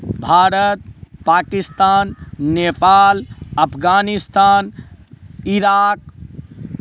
Bharat Pakistan Nepal Afghanistan Iran